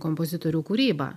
kompozitorių kūrybą